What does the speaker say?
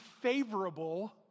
favorable